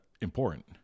important